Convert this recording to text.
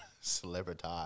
Celebrity